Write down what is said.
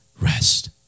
rest